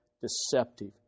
deceptive